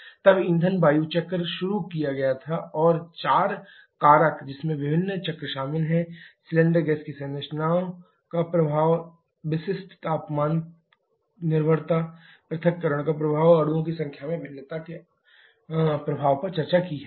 तब ईंधन वायु चक्र शुरू किया गया था और चार कारक जिसमें विभिन्न चक्र शामिल हैं सिलेंडर गैस की संरचना का प्रभाव विशिष्ट ताप का तापमान निर्भरता पृथक्करण का प्रभाव और अणुओं की संख्या में भिन्नता के प्रभाव पर चर्चा की गई है